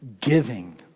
giving